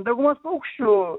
daugumos paukščių